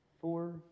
Four